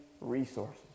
resources